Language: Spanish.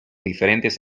diferentes